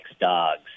dogs